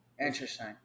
Interesting